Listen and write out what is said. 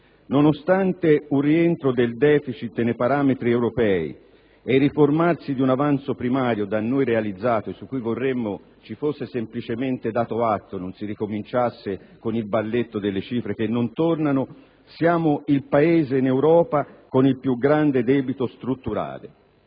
Nonostante un rientro del *deficit* nei parametri europei ed il riformarsi di un avanzo primario da noi realizzato e di cui vorremmo ci fosse semplicemente dato atto, non ricominciando con il balletto delle cifre che non tornano, siamo il Paese in Europa con il più grande debito strutturale: